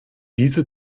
diese